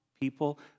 people